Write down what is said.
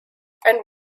and